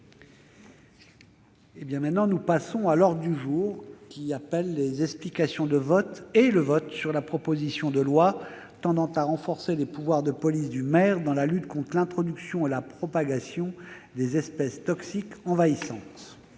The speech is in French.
la demande du groupe Les Républicains, les explications de vote et le vote sur la proposition de loi tendant à renforcer les pouvoirs de police du maire dans la lutte contre l'introduction et la propagation des espèces toxiques envahissantes,